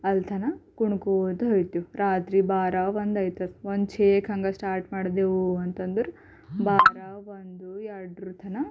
ಅಲ್ಲಿತನ ಕುಣ್ಕೊತ ಹೋಗ್ತೀವಿ ರಾತ್ರಿ ಬಾರಾ ಒಂದಾಗ್ತದೆ ಒಂದು ಛೆ ಕ್ಕ ಹಂಗೆ ಸ್ಟಾರ್ಟ್ ಮಾಡಿದೇವು ಅಂತೆಂದರೆ ಬಾರ ಒಂದು ಎರಡು ತನ